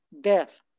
death